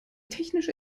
technische